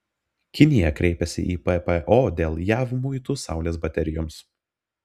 kinija kreipėsi į ppo dėl jav muitų saulės baterijoms